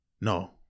no